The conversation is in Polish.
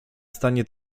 stanie